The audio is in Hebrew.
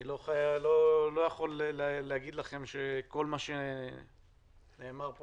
אני לא יכול להגיד לכם שכל מה שנאמר פה